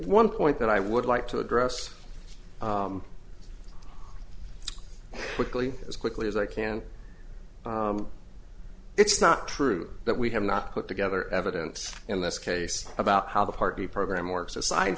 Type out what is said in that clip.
one point that i would like to address quickly as quickly as i can it's not true that we have not put together evidence in this case about how the part d program works aside